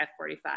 F45